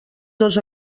dos